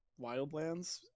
Wildlands